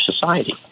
society